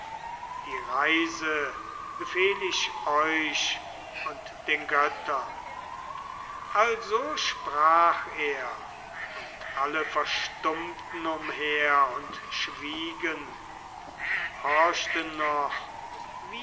die reise befehl ich euch und den göttern also sprach er und alle verstummten umher und schwiegen horchten noch